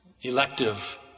elective